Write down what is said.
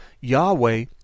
Yahweh